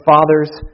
Father's